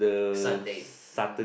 Sunday mm